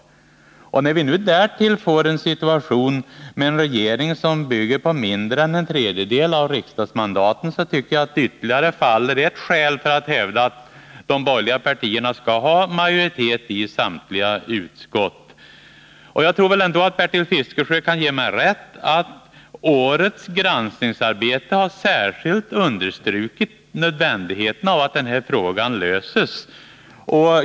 När vi nu därtill får en situation med en regering som bygger på mindre än en tredjedel av riksdagsmandaten, tycker jag att det ytterligare faller bort ett skäl för att hävda att de borgerliga partierna skall ha majoritet i samtliga utskott. Jag tror väl ändå att Bertil Fiskesjö kan ge mig rätt i att årets granskningsarbete har särskilt understrukit nödvändigheten av att den här frågan löses.